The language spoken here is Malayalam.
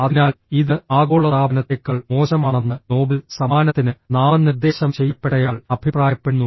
അതിനാൽ ഇത് ആഗോളതാപനത്തേക്കാൾ മോശമാണെന്ന് നോബൽ സമ്മാനത്തിന് നാമനിർദ്ദേശം ചെയ്യപ്പെട്ടയാൾ അഭിപ്രായപ്പെടുന്നു